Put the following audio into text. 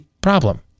problem